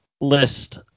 list